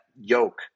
yoke